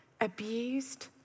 abused